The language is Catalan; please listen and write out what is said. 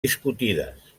discutides